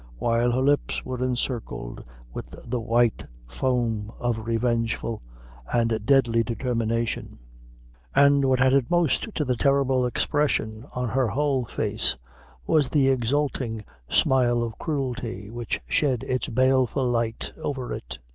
while her lips were encircled with the white foam of revengeful and deadly determination and what added most to the terrible expression on her whole face was the exulting smile of cruelty which shed its baleful light over it,